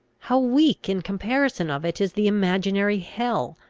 how weak in comparison of it is the imaginary hell,